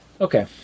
Okay